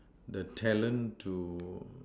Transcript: the talent to